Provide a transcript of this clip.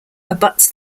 abuts